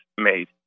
made